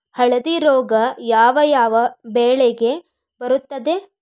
ಹಳದಿ ರೋಗ ಯಾವ ಯಾವ ಬೆಳೆಗೆ ಬರುತ್ತದೆ?